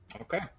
Okay